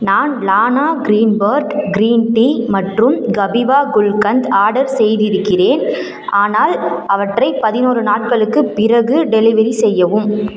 நான் லானா green bird green tea மற்றும் கபீவா குல்கந்த் ஆர்டர் செய்திருக்கிறேன் ஆனால் அவற்றை பதினோரு நாட்களுக்குப் பிறகு டெலிவரி செய்யவும்